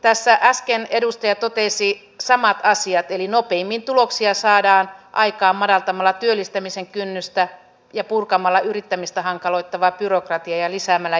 tässä äsken edustaja totesi samat asiat eli nopeimmin tuloksia saadaan aikaan madaltamalla työllistämisen kynnystä ja purkamalla yrittämistä hankaloittavaa byrokratiaa ja lisäämällä joustavuutta